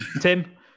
Tim